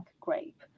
grape